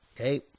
Okay